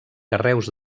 carreus